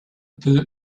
peu